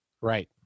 right